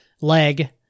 leg